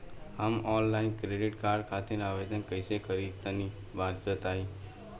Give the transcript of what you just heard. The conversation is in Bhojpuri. हम आनलाइन क्रेडिट कार्ड खातिर आवेदन कइसे करि तनि बताई?